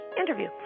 interview